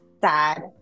sad